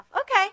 Okay